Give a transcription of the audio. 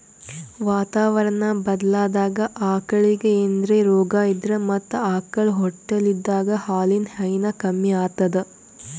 ವಾತಾವರಣಾ ಬದ್ಲಾದಾಗ್ ಆಕಳಿಗ್ ಏನ್ರೆ ರೋಗಾ ಇದ್ರ ಮತ್ತ್ ಆಕಳ್ ಹೊಟ್ಟಲಿದ್ದಾಗ ಹಾಲಿನ್ ಹೈನಾ ಕಮ್ಮಿ ಆತದ್